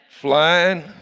Flying